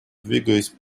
двигаясь